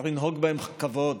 צריך לנהוג בהם כבוד